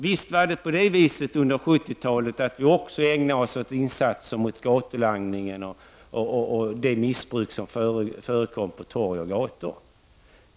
Visst var det så under 1970-talet att vi också gjorde insatser mot gatulangningen och det missbruk som förekom på gator och torg.